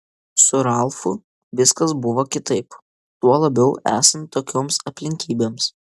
su ralfu viskas buvo kitaip tuo labiau esant tokioms aplinkybėms